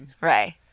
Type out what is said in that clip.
Right